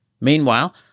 Meanwhile